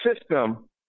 system